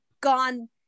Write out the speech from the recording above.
gone